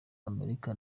amerika